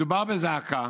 מדובר בזעקה,